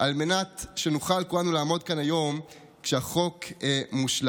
כימים על מנת שנוכל כולנו לעמוד כאן היום כשהחוק מושלם.